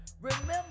Remember